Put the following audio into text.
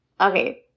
Okay